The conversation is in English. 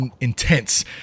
intense